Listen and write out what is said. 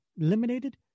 eliminated